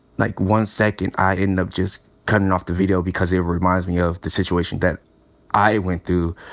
like one second, i end up just cuttin' off the video because it reminds me of the situation that i went through.